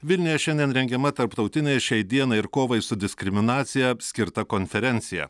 vilniuje šiandien rengiama tarptautinė šiai dienai ir kovai su diskriminacija skirta konferencija